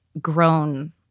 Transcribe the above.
grown